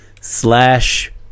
slash